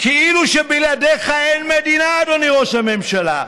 כאילו שבלעדיך אין מדינה, אדוני ראש הממשלה.